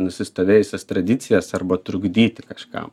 nusistovėjusias tradicijas arba trukdyti kažkam